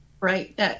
Right